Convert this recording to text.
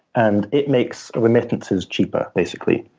and it makes remittances cheaper, basically.